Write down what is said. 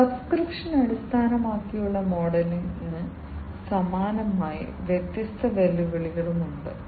subscription അടിസ്ഥാനമാക്കിയുള്ള മോഡലിന് സമാനമായി വ്യത്യസ്ത വെല്ലുവിളികളും ഉണ്ട്